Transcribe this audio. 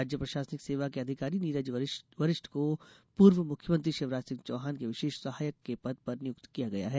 राज्य प्रशासनिक सेवा के अधिकारी नीरज वरिष्ठ को पूर्व मुख्यमंत्री शिवराज सिंह चौहान के विशेष सहायक के पद पर नियुक्त किया गया है